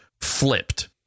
Flipped